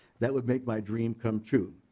that would make my dream come true.